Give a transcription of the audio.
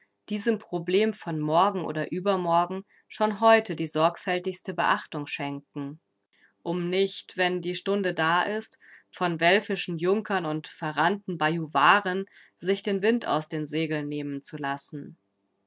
diesem problem von morgen oder übermorgen schon heute die sorgfältigste beachtung schenken um nicht wenn die stunde da ist von welfischen junkern und verrannten bajuvaren sich den wind aus den segeln nehmen zu lassen